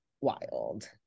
wild